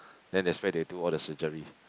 then that's why they do all the surgery